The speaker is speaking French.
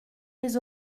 les